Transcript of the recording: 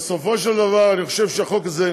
בסופו של דבר אני חושב שהחוק הזה,